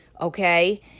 Okay